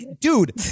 Dude